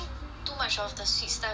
too much of the sweet stuff is